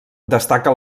destaca